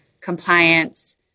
compliance